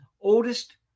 oldest